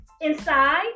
inside